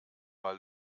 mal